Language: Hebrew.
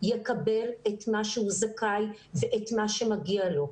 יקבל את מה שמגיע לו.